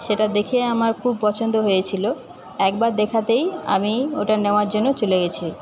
সেটা দেখেই আমার খুব পছন্দ হয়েছিলো একবার দেখাতেই আমি ওটা নেওয়ার জন্য চলে গেছি